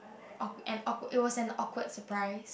awk~ an awkward it was an awkward surprise